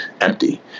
empty